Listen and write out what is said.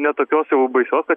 ne tokios jau baisios kad